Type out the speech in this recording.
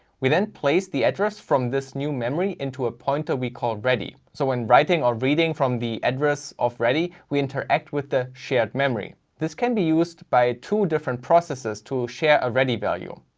we then places the address from this new memory into a pointer we call ready. so when writing, or reading, the address of ready, we interact with the shared memory. this can be used by two different processes to share a ready value.